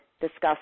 discussed